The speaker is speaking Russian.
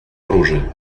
оружии